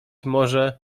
może